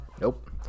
nope